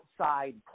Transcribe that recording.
outside